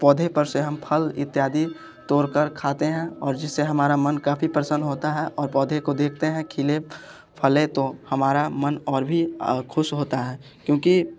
पौधे पर से हम फल इत्यादि तोड़कर खाते हैं और जिससे हमारा मन काफ़ी प्रसन्न होता है और पौधे को देखते हैं खिले फले तो हमारा मन और भी खुश होता है क्योंकि